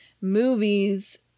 movies